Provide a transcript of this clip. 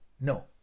no